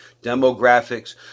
demographics